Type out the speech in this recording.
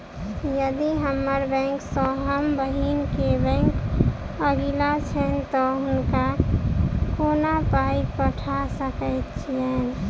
यदि हम्मर बैंक सँ हम बहिन केँ बैंक अगिला छैन तऽ हुनका कोना पाई पठा सकैत छीयैन?